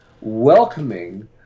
welcoming